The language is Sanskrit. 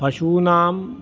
पशूनां